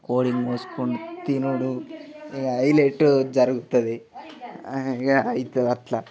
కోడిని కోసుకొని తినుడు ఇక హైలెట్ జరుగుతుంది ఇక అయితుంది అట్ల